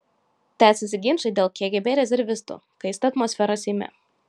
tęsiasi ginčai dėl kgb rezervistų kaista atmosfera seime